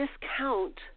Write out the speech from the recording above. discount